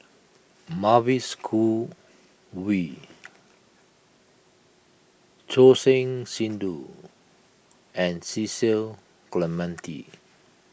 Mavis Khoo Oei Choor Singh Sidhu and Cecil Clementi